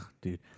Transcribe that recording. dude